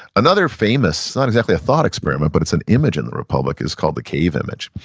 another famous, not exactly a thought experiment, but it's an image in the republic, is called the cave image.